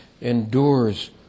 endures